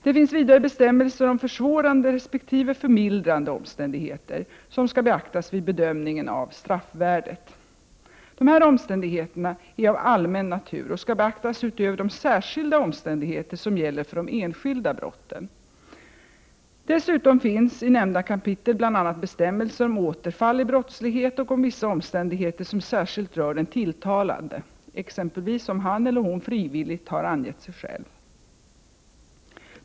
Det finns vidare bestämmelser om försvårande resp. förmildrande omständigheter som skall beaktas vid bedömningen av straffvärdet. Dessa omständigheter är av allmän natur och skall beaktas utöver de särskilda omständigheter som gäller för de enskilda brotten. Dessutom finns i nämnda kapitel bl.a. bestämmelser om återfall i brottslighet och om vissa omständigheter som särskilt rör den tilltalade, exempelvis om han eller hon frivilligt har angett sig.